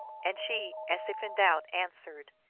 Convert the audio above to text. and she, as if in doubt, answered,